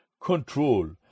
control